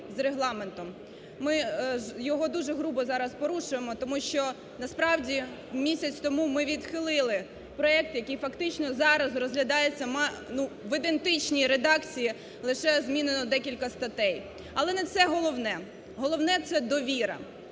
Ми його дуже грубо зараз порушуємо, тому що, насправді, місяць тому ми відхилили проект, який фактично зараз розглядається в ідентичній редакції, лише змінено декілька статей. Але не це головне. Головне - це довіра.